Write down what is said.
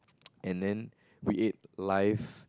and then create live